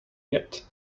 yet